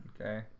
Okay